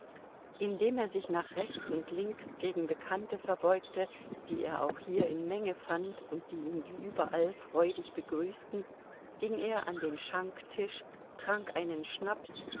indem er sich nach rechts und links gegen bekannte verbeugte die er auch hier in menge fand und die ihn wie überall freudig begrüßten ging er an den schanktisch trank einen schnaps